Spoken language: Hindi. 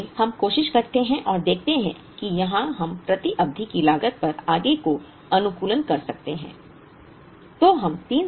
इसलिए हम कोशिश करते हैं और देखते हैं कि क्या हम प्रति अवधि की लागत पर आगे का अनुकूलन कर सकते हैं